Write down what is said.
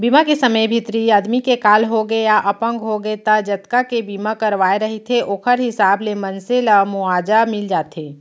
बीमा के समे भितरी आदमी के काल होगे या अपंग होगे त जतका के बीमा करवाए रहिथे ओखर हिसाब ले मनसे ल मुवाजा मिल जाथे